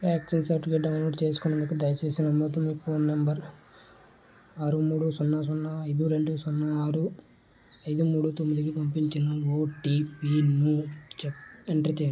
vaccine certificate download చేసుకునేందుకు దయచేసి నమోదైన మీ ఫోన్ నంబరు ఆరు మూడు సున్నా సున్నా ఐదు రెండు సున్నా ఆరు ఐదు మూడు తొమ్మిది కి పంపిన ఓటిపిను ఎంటర్ చేయండి